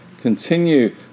continue